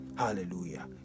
Hallelujah